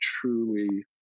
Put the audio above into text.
truly